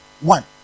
one